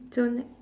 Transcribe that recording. so next